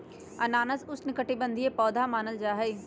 अनानास उष्णकटिबंधीय पौधा मानल जाहई